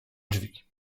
drzwi